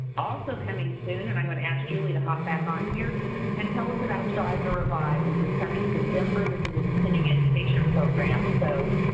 also coming soon, and i'm gonna ask julie to hop back on here and tell us about strive to revive which is coming to denver, this is a continuing education program, so,